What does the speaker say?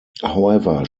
however